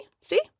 see